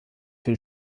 viel